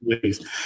please